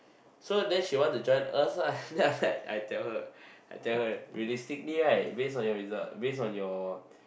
so then she want to join us ah then after that I tell her I tell her realistically right based on your result based on your